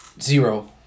zero